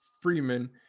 Freeman